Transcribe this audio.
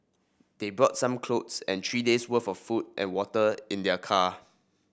they brought some clothes and three days' worth of food and water in their car